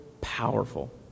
powerful